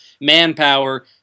manpower